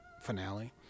finale